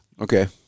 Okay